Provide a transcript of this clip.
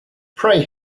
pray